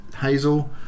hazel